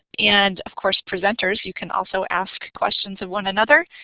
and of course, presenters you can also ask questions of one another.